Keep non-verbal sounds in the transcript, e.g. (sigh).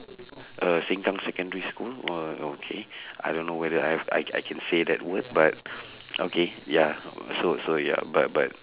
uh sengkang secondary school (noise) okay I don't know whether I I I can say that word but (breath) okay ya (noise) so so ya but but